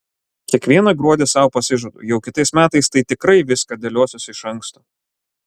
kiekvieną gruodį sau pasižadu jau kitais metais tai tikrai viską dėliosiuosi iš anksto